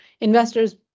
investors